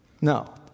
No